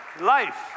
life